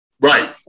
Right